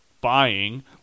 buying